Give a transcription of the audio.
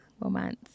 romance